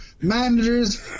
managers